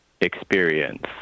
experience